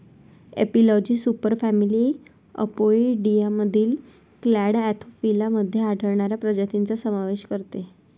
एपिलॉजी सुपरफॅमिली अपोइडियामधील clade Anthophila मध्ये आढळणाऱ्या प्रजातींचा समावेश करते